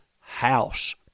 house